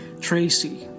Tracy